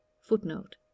Footnote